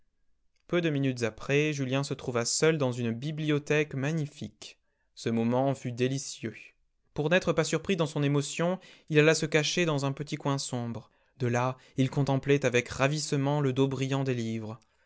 peu de minutes après julien se trouva seul dans une bibliothèque magnifique ce moment fut délicieux pour n'être pas surpris dans son émotion il alla se cacher dans un petit coin sombre de là il contemplait avec ravissement le dos brillant des livres